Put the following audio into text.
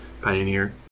Pioneer